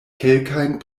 kelkajn